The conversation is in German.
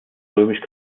römisch